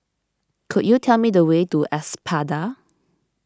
could you tell me the way to Espada